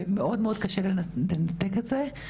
ומאוד מאוד קשה לנתק את זה,